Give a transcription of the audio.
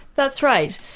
that's right.